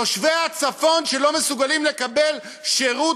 תושבי הצפון שאינם מסוגלים לקבל שירות